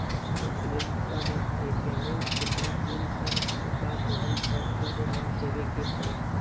Credit card के payment केतना दिन तक चुका देहम त सूद ना देवे के पड़ी?